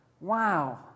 wow